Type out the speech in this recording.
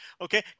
Okay